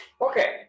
Okay